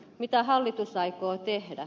mitä hallitus aikoo tehdä